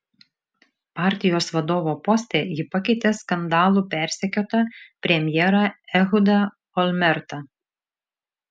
partijos vadovo poste ji pakeitė skandalų persekiotą premjerą ehudą olmertą